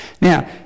Now